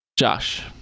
Josh